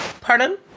Pardon